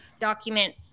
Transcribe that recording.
document